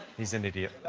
he's an idiot.